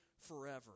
forever